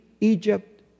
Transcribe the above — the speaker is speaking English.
Egypt